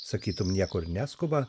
sakytum niekur neskuba